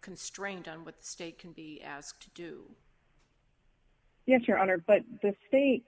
constraint on what state can be asked to do yes your honor but the state